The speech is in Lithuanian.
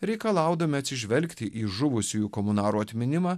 reikalaudami atsižvelgti į žuvusiųjų komunarų atminimą